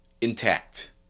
intact